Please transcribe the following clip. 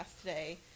today